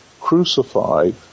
crucified